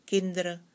Kinderen